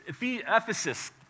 Ephesus